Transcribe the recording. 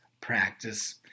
practice